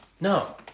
No